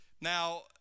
now